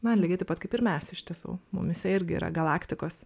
na lygiai taip pat kaip ir mes iš tiesų mumyse irgi yra galaktikos